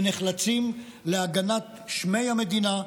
ונחלצים להגנת שמי המדינה,